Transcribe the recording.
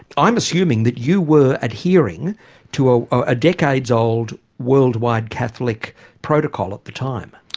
i'm assuming that you were adhering to a ah decade's old, worldwide catholic protocol at the time.